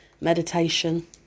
meditation